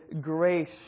grace